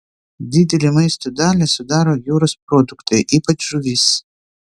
didelę maisto dalį sudaro jūros produktai ypač žuvys